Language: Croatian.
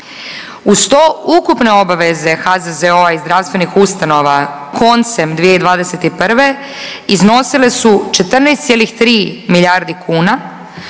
Uz to, ukupne obaveze HZZO-a i zdravstvenih ustanova koncem 2021. iznosile su 14,3 milijarde kuna,